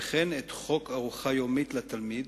וכן את חוק ארוחה יומית לתלמיד,